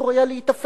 אסור היה להיתפס.